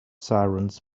sirens